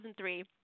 2003